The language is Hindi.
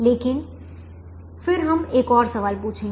लेकिन फिर हम एक और सवाल पूछेंगे